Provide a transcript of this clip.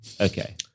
Okay